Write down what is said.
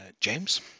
James